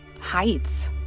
heights